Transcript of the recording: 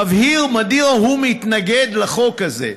מבהיר מדוע הוא מתנגד לחוק הזה,